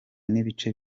n’ibice